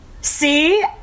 See